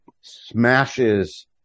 smashes